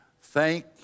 Thank